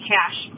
Cash